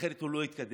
אחרת הוא לא יתקדם,